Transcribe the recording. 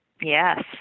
Yes